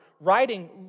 writing